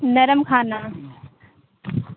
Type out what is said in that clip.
نرم کھانا